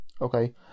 okay